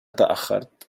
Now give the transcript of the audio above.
تأخرت